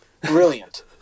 brilliant